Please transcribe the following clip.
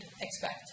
expect